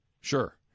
sure